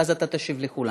ואז אתה תשיב לכולם.